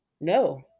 No